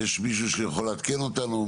יש מישהו שיכול לעדכן אותנו,